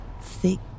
Thick